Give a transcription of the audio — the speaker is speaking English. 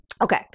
okay